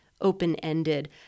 open-ended